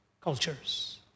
cultures